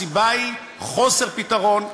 הסיבה היא חוסר פתרון,